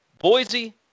Boise